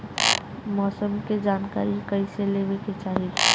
मौसम के जानकारी कईसे लेवे के चाही?